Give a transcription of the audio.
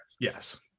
Yes